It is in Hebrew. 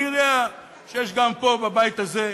אני יודע שיש גם פה בבית הזה,